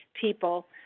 people